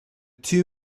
two